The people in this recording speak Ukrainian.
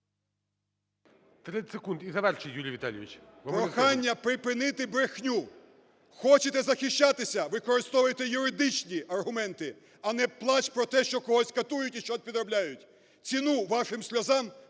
30 секунд. І завершуй, Юрій Віталійович.